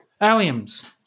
Alliums